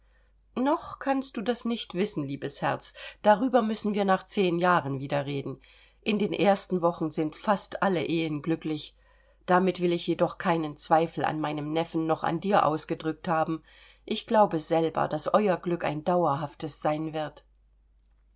noch kannst du das nicht wissen liebes herz darüber müssen wir nach zehn jahren wieder reden in den ersten wochen sind fast alle ehen glücklich damit will ich jedoch keinen zweifel an meinem neffen noch an dir ausgedrückt haben ich glaube selber daß euer glück ein dauerhaftes sein wird